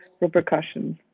repercussions